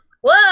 Whoa